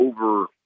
over